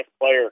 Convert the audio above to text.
player